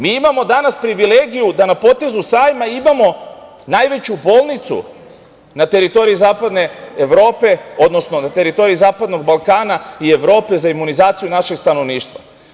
Mi imamo danas privilegiju da na potezu sajma imamo najveću bolnicu na teritoriji zapadne Evrope, odnosno na teritoriji Zapadnog Balkana i Evrope za imunizaciju našeg stanovništva.